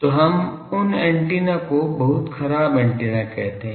तो हम उन एंटीना को बहुत खराब एंटीना कहते है